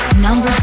Number